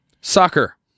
Soccer